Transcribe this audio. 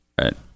Right